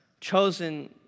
chosen